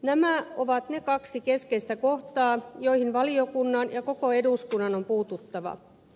nämä ovat ne kaksi keskeistä kohtaa joihin valiokunnan ja koko eduskunnan on puututtava